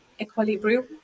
equilibrium